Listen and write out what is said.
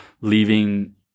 leaving